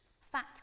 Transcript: Fat